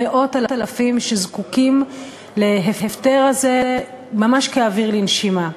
מאות אלפים שזקוקים להפטר הזה ממש כאוויר לנשימה.